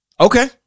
Okay